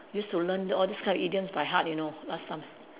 used to learn all these kind of idioms by heart you know last time